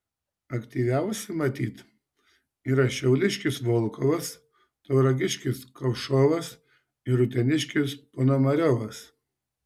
aktyviausi matyt yra šiauliškis volkovas tauragiškis kovšovas ir uteniškis ponomariovas